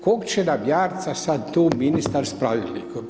Kog će nam jarca sad tu ministar sa pravilnikom?